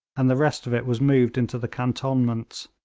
and the rest of it was moved into the cantonments.